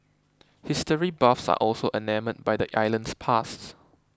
history buffs are also enamoured by the island's past